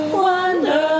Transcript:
wonder